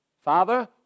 Father